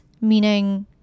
meaning